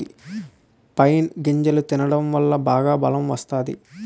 pine గింజలు తినడం వల్ల బాగా బలం వత్తాది